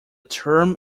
term